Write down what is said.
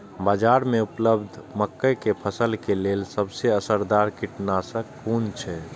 बाज़ार में उपलब्ध मके के फसल के लेल सबसे असरदार कीटनाशक कुन छै?